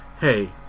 hey